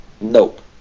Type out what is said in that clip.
Nope